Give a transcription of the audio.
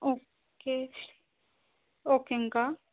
okay ஓகேங்க்கா